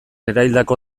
eraildako